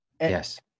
Yes